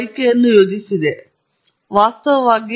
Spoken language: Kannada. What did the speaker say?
ಉಪನ್ಯಾಸದಲ್ಲಿ ಭವಿಷ್ಯವಾಣಿಯು ಅಸ್ಥಿರವಾಗಿದೆಯೆಂದು ನಾವು ನೋಡಿದ್ದೇವೆ